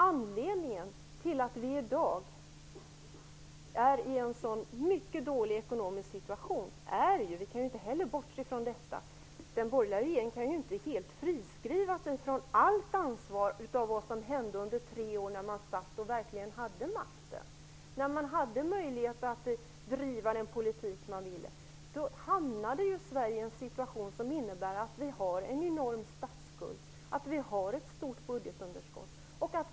Anledningen till den mycket dåliga ekonomiska situationen för oss i dag kan vi inte bortse från. Den borgerliga regeringen kan nämligen inte helt friskriva sig från allt ansvar för det som hände under de tre år då man verkligen hade makten och även möjlighet att driva den politik som man ville föra. Då hamnade Sverige i en situation som medfört att vi nu har en enorm statsskuld och ett stort budgetunderskott.